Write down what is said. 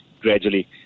gradually